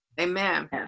Amen